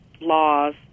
laws